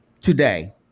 today